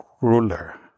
ruler